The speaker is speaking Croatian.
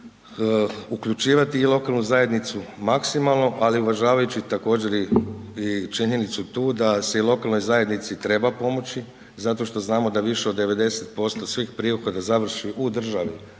uključivati i lokalnu zajednicu maksimalno, ali uvažavajući također, i činjenicu tu da se i lokalnoj zajednici treba pomoći zato što znamo da više od 90% svih .../Govornik